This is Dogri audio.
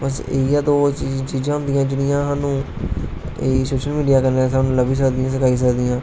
बस इयै चिजां होदी जेहड़ी एह् सोशल मिडिया कन्नै स्हानू लब्भी सकदी ऐ सिखाई सकदी ही